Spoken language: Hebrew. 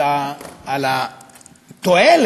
אלא על התועלת,